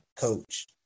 coach